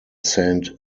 saint